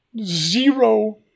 zero